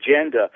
agenda